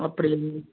அப்படியா